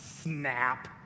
snap